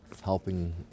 helping